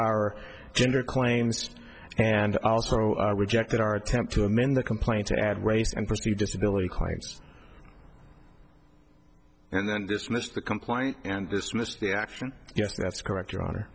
our gender claims and also rejected our attempt to amend the complaint to add race and proceed disability claims and then dismissed the compliant and dismissed the action yes that's correct your honor